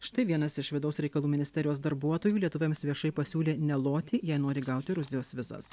štai vienas iš vidaus reikalų ministerijos darbuotojų lietuviams viešai pasiūlė neloti jei nori gauti rusijos vizas